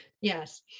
Yes